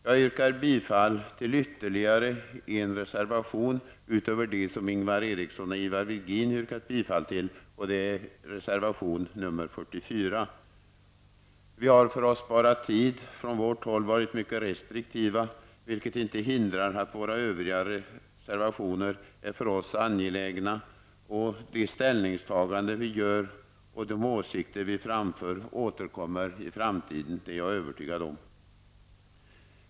Jag yrkar bifall till ytterligare en reservation, utöver de reservationer som Ingvar Eriksson och Ivar Virgin tidigare yrkat bifall till, nämligen reservation 44. För att spara tid har vi från vårt håll varit mycket restriktiva, vilket inte innebär att våra övriga reservationer inte skulle vara för oss angelägna. De ställningstaganden som vi gör och de åsikter som vi framför återkommer vi till i framtiden -- det är jag övertygad om.